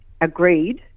agreed